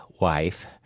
wife